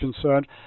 concerned